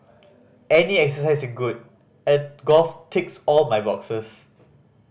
any exercise is good and golf ticks all my boxes